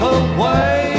away